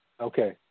Okay